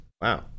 Wow